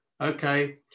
okay